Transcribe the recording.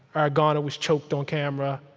ah garner was choked on camera.